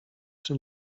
czy